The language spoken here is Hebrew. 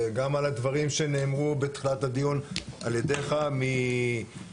וגם על הדברים שנאמרו בתחילת הדיון על ידיך מלקחים